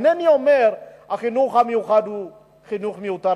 אינני אומר שהחינוך המיוחד הוא חינוך מיותר,